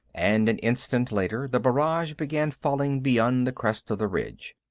and an instant later, the barrage began falling beyond the crest of the ridge.